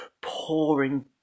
pouring